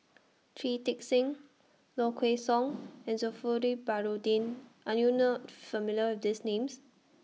Shui Tit Sing Low Kway Song and Baharudin Are YOU not familiar with These Names